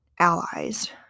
allies